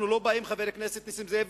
אנחנו לא באים, חבר הכנסת נסים זאב,